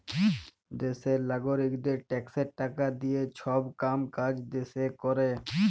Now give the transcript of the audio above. দ্যাশের লাগারিকদের ট্যাক্সের টাকা দিঁয়ে ছব কাম কাজ দ্যাশে ক্যরে